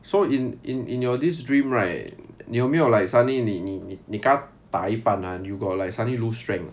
so in in in your this dream right 你有没有 like suddenly 你你你刚打一半 ah you got like suddenly lose strength